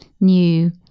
new